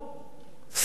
שרפו אותו,